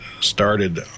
started